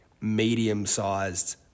medium-sized